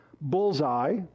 bullseye